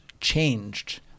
changed